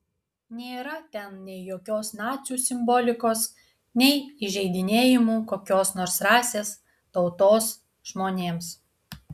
nėra ten nei jokios nacių simbolikos nei įžeidinėjimų kokios nors rasės tautos žmonėms